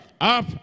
up